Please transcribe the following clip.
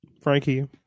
Frankie